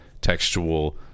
textual